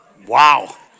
Wow